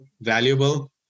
valuable